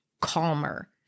calmer